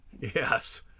Yes